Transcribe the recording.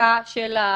הרחקה של העבריין